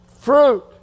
fruit